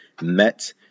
met